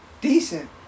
decent